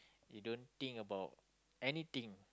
you don't think about anything